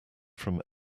from